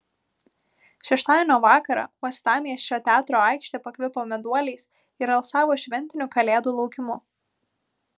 šeštadienio vakarą uostamiesčio teatro aikštė pakvipo meduoliais ir alsavo šventiniu kalėdų laukimu